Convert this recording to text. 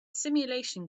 simulation